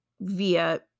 via